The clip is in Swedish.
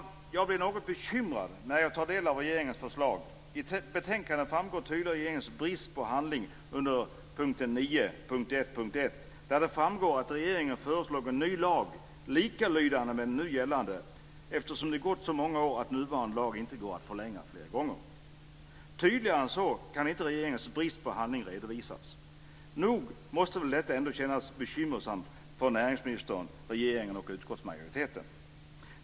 Jag blir något bekymrad när jag tar del av regeringens förslag. Av betänkandet 9.1.1. framgår tydligt regeringens brist på handling. Regeringen föreslår en ny lag likalydande med den nu gällande, eftersom det har gått så många år att nuvarande lag inte går att förlänga flera gånger. Tydligare än så kan regeringens brist på handling inte redovisas. Nog måste väl detta ändå kännas bekymmersamt för näringsministern, regeringen och utskottsmajoriteten.